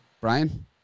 Brian